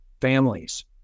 families